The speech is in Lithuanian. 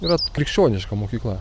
yra krikščioniška mokykla